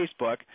Facebook